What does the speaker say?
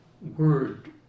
word